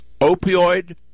opioid